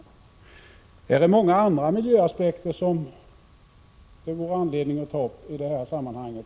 Det finns även många andra miljöaspekter som det vore anledning att ta upp i detta sammanhang.